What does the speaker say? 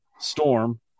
storm